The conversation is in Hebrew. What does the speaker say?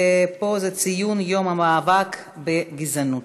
ציון יום המאבק בגזענות,